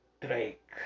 Drake